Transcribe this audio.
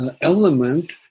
element